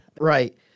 Right